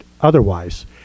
otherwise